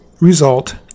result